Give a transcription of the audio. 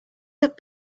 that